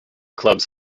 clubs